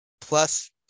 plus